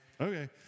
okay